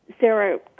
Sarah